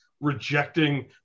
rejecting